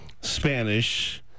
Spanish